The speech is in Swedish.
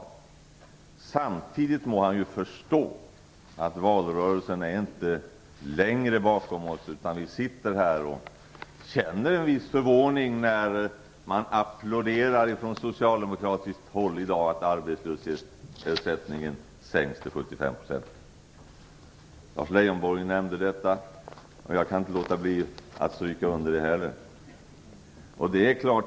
Men samtidigt må han förstå att valrörelsen inte längre är bakom oss, utan nu sitter vi här och känner en viss förvåning när man från socialdemokratiskt håll i dag applåderar att arbetslöshetsersättningen sänks till 75 %. Lars Leijonborg nämnde detta. Inte heller jag kan låta bli att stryka under det.